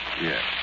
Yes